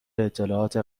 اطلاعات